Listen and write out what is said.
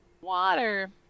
water